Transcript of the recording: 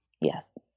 Yes